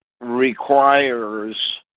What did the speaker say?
requires